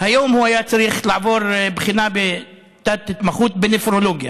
היום הוא היה צריך לעבור בחינה בתת-התמחות בנפרולוגיה,